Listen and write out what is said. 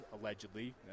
allegedly